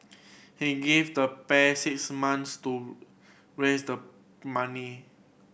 he gave the pair six months to raise the money